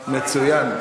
מצוין.